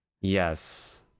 Yes